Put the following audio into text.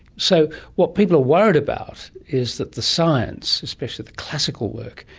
so what people are worried about is that the science, especially the classical work,